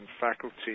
faculty